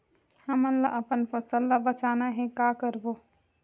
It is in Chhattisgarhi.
हमन ला अपन फसल ला बचाना हे का करबो?